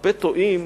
הרבה טועים,